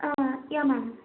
ah yeah ma'am